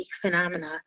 phenomena